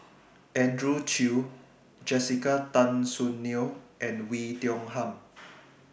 Andrew Chew Jessica Tan Soon Neo and Oei Tiong Ham